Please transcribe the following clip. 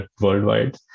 worldwide